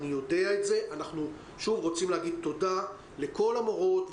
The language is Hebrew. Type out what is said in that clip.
אנחנו רוצים להגיד תודה לכל המורות,